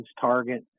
Target